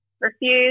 refuse